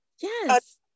Yes